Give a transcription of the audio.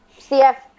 CF